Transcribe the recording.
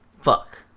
Fuck